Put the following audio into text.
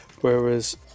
whereas